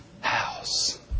house